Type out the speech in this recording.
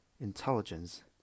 intelligence